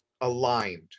aligned